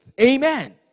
Amen